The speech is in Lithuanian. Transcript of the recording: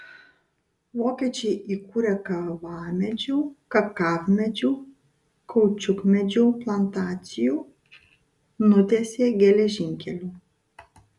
vokiečiai įkūrė kavamedžių kakavmedžių kaučiukmedžių plantacijų nutiesė geležinkelių